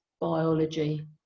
biology